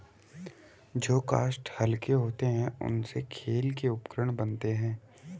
जो काष्ठ हल्के होते हैं, उनसे खेल के उपकरण बनते हैं